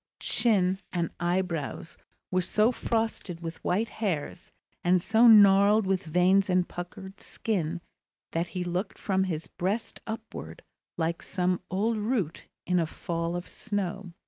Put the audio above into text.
chin, and eyebrows were so frosted with white hairs and so gnarled with veins and puckered skin that he looked from his breast upward like some old root in a fall of snow.